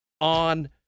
on